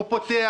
הוא פותח,